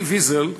אלי ויזל,